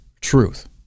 truth